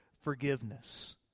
forgiveness